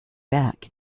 back